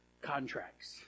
Contracts